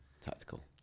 tactical